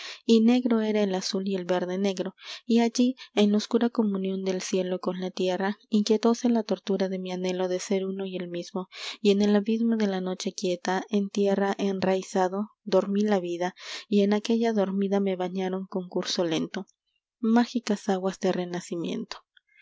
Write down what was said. y negro era el azul y el verde negro y allí en la oscura comunión del cielo con la tierra inquietóse la tortura de mi anhelo de ser uno y el mismo y en el abismo de la noche quieta en tierra enraizado dormí la vida y en aquella dormida me bañaron con curso lento mágicas aguas de renacimiento